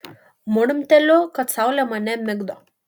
murmteliu kad saulė mane migdo